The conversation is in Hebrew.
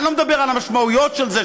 אני לא מדבר על המשמעויות של זה,